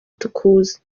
tukuzi